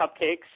cupcakes